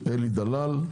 אלי דלל,